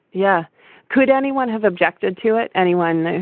yeah could anyone have objected to it? anyone,